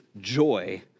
joy